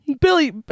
Billy